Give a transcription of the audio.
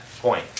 point